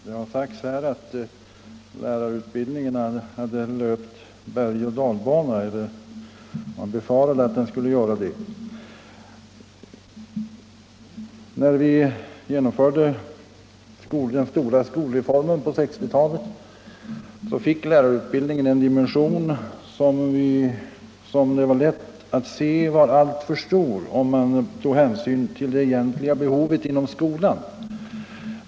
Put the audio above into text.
Herr talman! Man har här uttryckt farhågor för att lärarutbildningen skulle åka bergoch dalbana. När vi genomförde den stora skolreformen på 1960-talet, fick lärarutbildningen en dimension som det var lätt att se var alltför stor om man tog hänsyn till det egentliga behovet inom skolan.